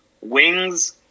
wings